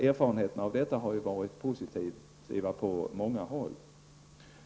Erfarenheterna av detta har på många håll varit positiva.